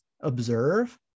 observe